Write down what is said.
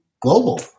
global